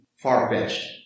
far-fetched